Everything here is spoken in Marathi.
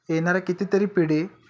येणाऱ्या कितीतरी पिढी